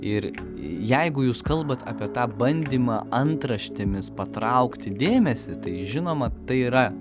ir jeigu jūs kalbat apie tą bandymą antraštėmis patraukti dėmesį tai žinoma tai yra